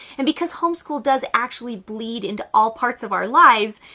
and because homeschool does actually bleed into all parts of our lives,